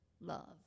love